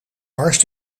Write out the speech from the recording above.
barst